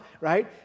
right